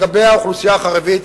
לגבי האוכלוסייה החרדית,